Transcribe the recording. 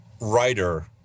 writer